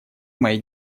моей